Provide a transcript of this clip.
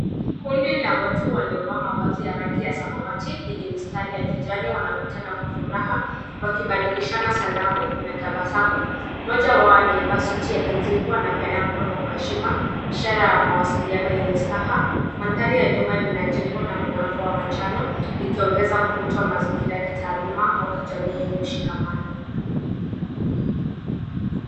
Kundi la watu waliovaa mavazi ya rangi zamawati enye mistari ya kijani wanakutana kwa furaha wakibalishana salamu na tabasamu, moja wao amevaa suti ya kijivu na anaonekana kwa heshima ishara ya mawaziliano enye staha. Maandari ya nyuma lina jengo na mlango wa manjano likiongeza mvuto wa mazingira kitaluma au kijamii enye mshingamano.